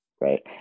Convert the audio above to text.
right